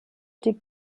die